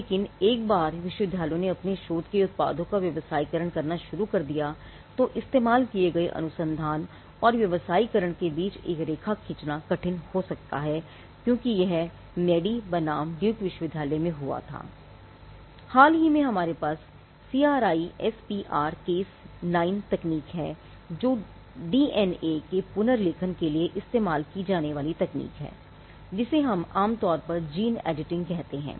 लेकिन एक बार विश्वविद्यालय ने अपने शोध के उत्पादों का व्यवसायीकरण करना शुरू कर दिया तो इस्तेमाल किए गए अनुसंधान और व्यावसायीकरण के बीच एक रेखा खींचना कठिन हो सकता है क्योंकि यह मैडी बनाम ड्यूक विश्वविद्यालय कहते हैं